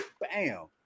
bam